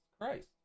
Christ